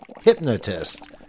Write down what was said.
Hypnotist